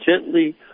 gently